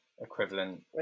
equivalent